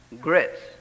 grits